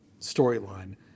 storyline